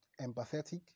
Empathetic